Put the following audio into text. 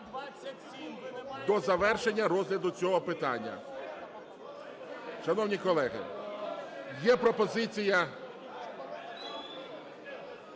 до завершення розгляду цього питання. Шановні колеги, є пропозиція…